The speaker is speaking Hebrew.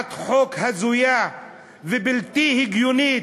הצעת חוק הזויה ובלתי הגיונית.